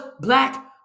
black